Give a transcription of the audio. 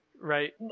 Right